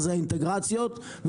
זוהי התחושה שלי מכל השיחות שהיו כאן,